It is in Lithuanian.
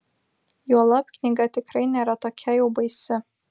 juolab knyga tikrai nėra tokia jau baisi